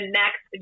next